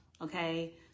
okay